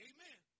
Amen